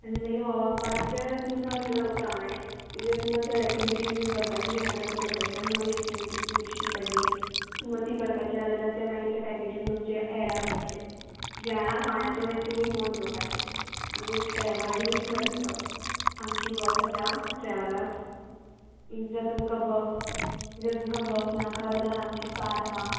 आनी मागीर बाकीचे तुमकां प्रमाणे जर तुमकां जर एक्टिविटीज बीन करपाची आहा जर तुमकां थंयसर नवी एक्टिविटीज बी दिश्टी पडली तुमकां ती करपाची आहा जाल्यार तें मागीर तें पॅकेजीन तुमचें एड आप जातलें जेवणां खावणाचें मागीर तुमी पळोवन घेवपाचें आनी ट्रेवलींग कर आमची बस आसा ट्रेवलर्स एक जर तुमकां बस जर तुमकां बस नाका जाल्यार आमची कार आहा